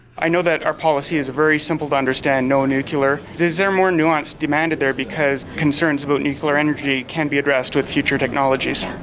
i know that our policy is very simple to understand no nuclear. is there more nuanced demanded there, because concerns about nuclear energy can be addressed with future technologies?